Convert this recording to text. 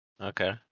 Okay